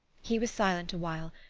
he was silent awhile,